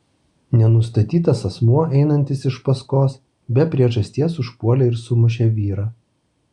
nenustatytas asmuo einantis iš paskos be priežasties užpuolė ir sumušė vyrą